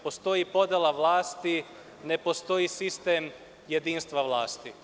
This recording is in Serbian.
Postoji podela vlasti, ne postoji sistem jedinstva vlasti.